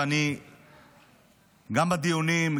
וגם בדיונים,